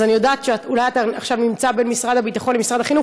אולי אתה עכשיו נמצא בין משרד הביטחון למשרד החינוך,